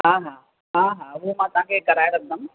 हा हा हा हा उहो मां तव्हांखे कराए रखंदमि